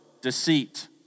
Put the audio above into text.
deceit